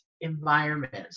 environments